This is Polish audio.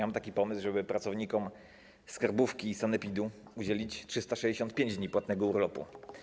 Mam taki pomysł, żeby pracownikom skarbówki i sanepidu udzielić 365 dni płatnego urlopu.